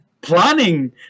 planning